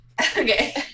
okay